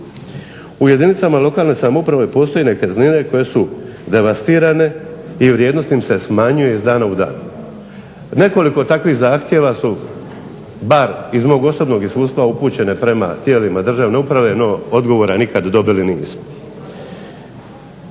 U jedinicama lokalne samouprave postoje nekretnine koje su devastirane i vrijednost im se smanjuje iz dana u dan. Nekoliko takvih zahtjeva su bar iz mog osobnog iskustva upućena tijelima lokalne samouprave no odgovora nikada dobili nismo.